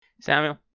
Samuel